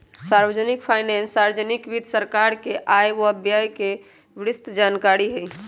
public finance सार्वजनिक वित्त सरकार के आय व व्यय के विस्तृतजानकारी हई